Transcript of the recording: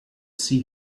see